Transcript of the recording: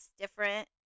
different